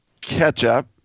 Ketchup